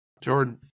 Jordan